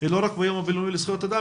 לא רק ביום הבינלאומי לזכויות הילד,